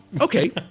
okay